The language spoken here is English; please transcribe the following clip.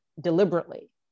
deliberately